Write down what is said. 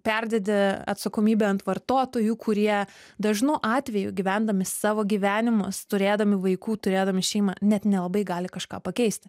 perdedi atsakomybę ant vartotojų kurie dažnu atveju gyvendami savo gyvenimus turėdami vaikų turėdami šeimą net nelabai gali kažką pakeisti